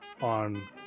on